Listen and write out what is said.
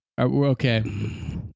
Okay